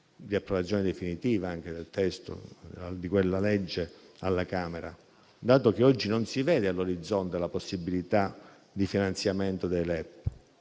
di approvazione definitiva, anche del testo di quella legge alla Camera, dato che oggi non si vede all'orizzonte la possibilità di finanziamento dei LEP.